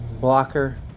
blocker